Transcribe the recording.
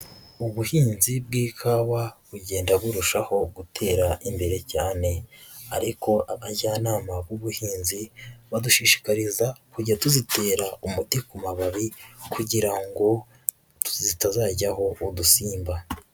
Ubuhinzi bw'ikawa bugenda burushaho gutera imbere cyane ariko abajyanama b'ubuhinzi badushishikariza kujya tuzitera umuti ku mababi kugirango zitazajyaho udusimba.